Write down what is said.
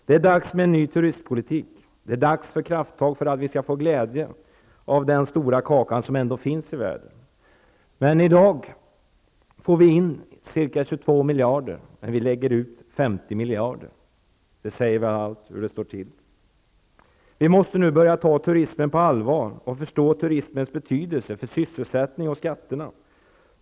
Det är dags för en ny svensk turistpolitik och för krafttag för att vi skall få glädje av den stora kaka som ändå finns i världen. I dag får vi in ca 22 miljarder kronor medan vi lägger ut 50 miljarder kronor. Det säger allt om hur det står till. Vi måste nu ta turismen på allvar och förstå turismens betydelse både för sysselsättningen och för skatterna.